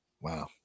Wow